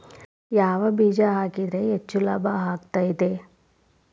ಯಾವ ಬೇಜ ಹಾಕಿದ್ರ ಹೆಚ್ಚ ಲಾಭ ಆಗುತ್ತದೆ?